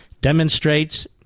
demonstrates